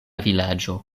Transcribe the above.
vilaĝo